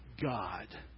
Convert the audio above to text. God